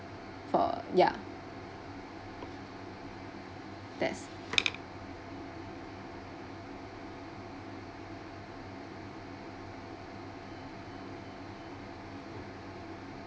for ya that's